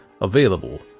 available